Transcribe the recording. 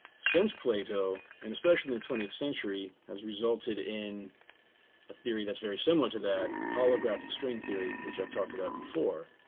since plato, and especially in the twentieth century has resulted in a theory that's very similar to that holographic string theory, which i've talked about before.